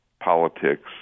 politics